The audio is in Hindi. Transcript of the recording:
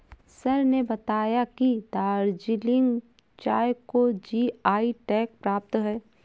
सर ने बताया कि दार्जिलिंग चाय को जी.आई टैग प्राप्त है